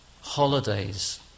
Holidays